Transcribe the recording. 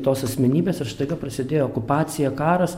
tos asmenybės ir staiga prasidėjo okupacija karas